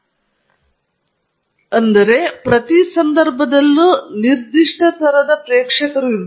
ಮತ್ತು ನಾನು ಹೇಳಿದಂತೆ ಪ್ರತಿ ಸಂದರ್ಭದಲ್ಲೂ ನಿರ್ದಿಷ್ಟ ಪ್ರೇಕ್ಷಕರು ಇದೆ